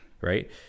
Right